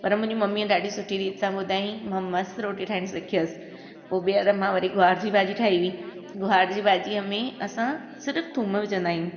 पर मुंहिंजी ममीअ ॾाढी सुठी रीति सां ॿुधाई मां मस्तु रोटी ठाहिणु सिखयमि पोइ ॿीहर मां वरी गुआर जी भाॼी ठाही हुई गुआर जी भाॼीअ में असां सिर्फ़ थूम विझंदा आहियूं